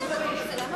איוב קרא, לאה נס, כולם